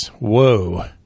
Whoa